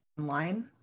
online